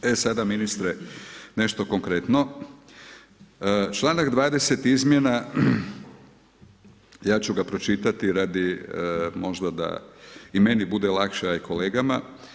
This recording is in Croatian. E sada ministre, nešto konkretno, članak 20. izmjena, ja ću ga pročitati radi možda da i meni bude lakše a i kolegama.